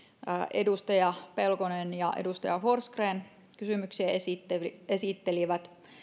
edustaja pelkonen ja edustaja forsgren kysymyksiä esittelivät